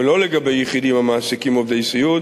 ולא לגבי יחידים המעסיקים עובדי סיעוד,